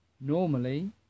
Normally